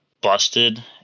busted